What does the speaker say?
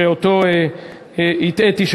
שאותו הטעיתי,